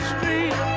Street